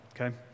okay